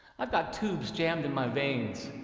i've got tubes jammed in my veins,